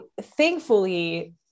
thankfully